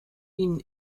ihnen